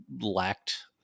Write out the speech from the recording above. lacked